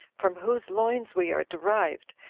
from whose loins we are derived,